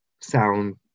sound